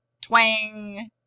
twang